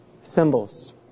symbols